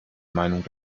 meinung